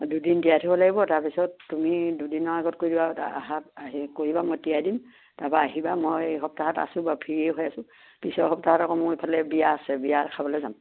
দুদিন তিয়াই থ'ব লাগিব তাৰ পিছত তুমি দুদিনৰ আগত কৈ দিবা আহা আহি কৈ দিবা মই তিয়াই দিম তাৰপৰা আহিবা মই এই সপ্তাহত আছো বাৰু ফ্ৰীয়েই হৈ আছো পিছৰ সপ্তাহত আকৌ মোৰ ইফালে বিয়া আছে বিয়া খাবলৈ যাম